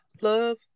love